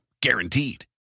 guaranteed